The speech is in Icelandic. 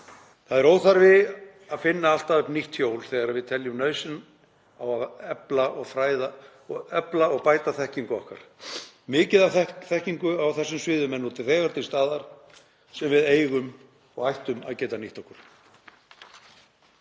Það er óþarfi að finna alltaf upp nýtt hjól þegar við teljum nauðsyn á að efla og fræða og efla og bæta þekkingu okkar. Mikið af þekkingu á þessum sviðum er nú þegar til staðar sem við eigum og ættum að geta nýtt okkur.